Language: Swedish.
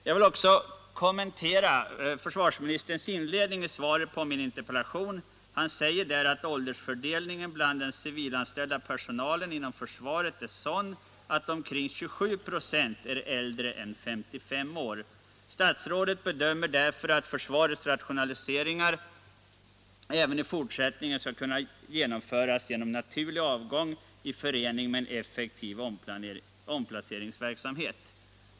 Jag vill också kommentera försvarsministerns inledning i svaret på min interpellation. Han säger där att åldersfördelningen bland den civilanställda personalen inom försvaret är sådan att omkring 27 96 är äldre än 55 år. Statsrådet bedömer därför att försvarets rationaliseringar även i fortsättningen skall kunna genomföras genom naturlig avgång i förening med en effektiv omplaceringsverksamhet.